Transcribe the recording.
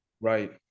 right